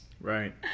right